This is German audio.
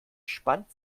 spannt